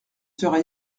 sera